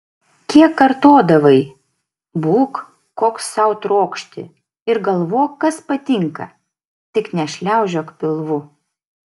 kiek kartodavai būk koks sau trokšti ir galvok kas patinka tik nešliaužiok pilvu